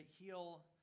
heal